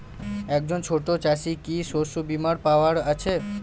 একজন ছোট চাষি কি শস্যবিমার পাওয়ার আছে?